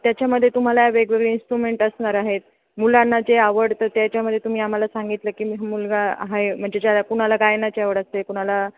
त्याच्यामध्ये तुम्हाला वेगवेगळे इंस्ट्रुमेंट असणार आहेत मुलांना जे आवडतं त्याच्यामध्ये तुम्ही आम्हाला सांगितलं की मी मुलगा आहे म्हणजे ज्याला क कुणाला गायनाची आवड असते कुणाला